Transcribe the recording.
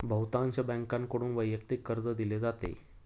बहुतांश बँकांकडून वैयक्तिक कर्ज दिले जाते